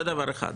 זה דבר אחד.